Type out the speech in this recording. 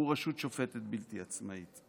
והוא רשות שופטת בלתי עצמאית,